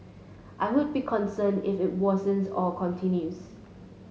I would be concerned if it worsens or continues